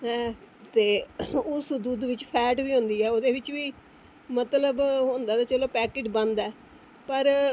ते उस दुद्ध बिच फैट डइओऊ़ बी होंदी ऐ ओह्दे बिच बी मतलब होंदा की पैकेट बंद ऐ पर